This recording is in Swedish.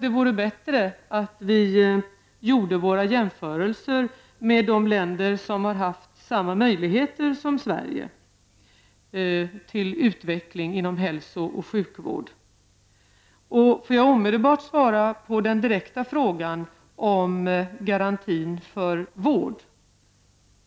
Det vore bättre att göra våra jämförelser med de länder som har haft samma möjligheter som Sverige till utveckling inom hälsooch sjukvård. Jag kan omedelbart svara på den direkta frågan om garantin för vård.